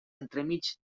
entremig